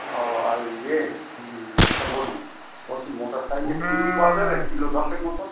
ও আর ইয়ে একটা বলি বলছি মোটা সাইজের চিংড়ি পাওয়া যাবে কিলো দশেক মতোন